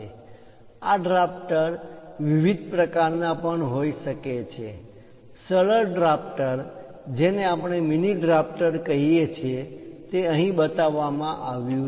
આ ડ્રાફ્ટર વિવિધ પ્રકારના પણ હોઈ શકે છે સરળ ડ્રાફ્ટર જેને આપણે મીની ડ્રાફ્ટર કહીએ છીએ તે અહીં બતાવવામાં આવ્યું છે